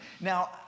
Now